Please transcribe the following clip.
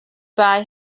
buy